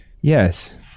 yes